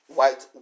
White